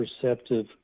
perceptive